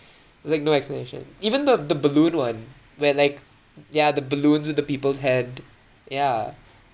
like no explanation even the the balloon [one] where like ya the balloons with the people's head yeah